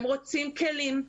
הם רוצים כלים,